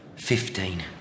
Fifteen